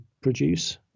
produce